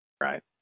Right